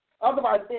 Otherwise